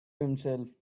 himself